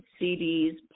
CDs